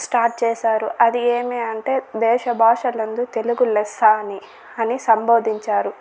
start చేశారు అది ఏమి అంటే దేశభాషలందు తెలుగు లెస్స అని అని సంబోధించారు